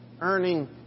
earning